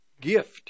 gift